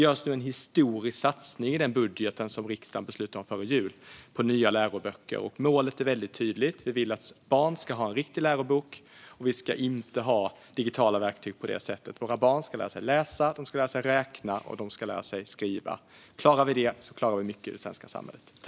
I den budget riksdagen beslutade om före jul görs en historisk satsning på nya läroböcker, och målet är tydligt: Vi vill att barn ska ha en riktig lärobok, och vi ska inte ha digitala verktyg på det sätt som tidigare. Våra barn ska lära sig läsa, skriva och räkna. Klarar vi detta klarar vi mycket i det svenska samhället.